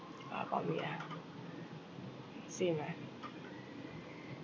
about me ah same ah